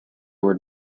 were